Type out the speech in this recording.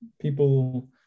people